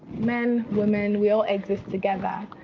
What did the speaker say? men, women, we all exist together.